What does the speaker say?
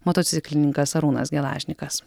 motociklininkas arūnas gelažnikas